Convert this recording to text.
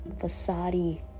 facade